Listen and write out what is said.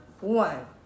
one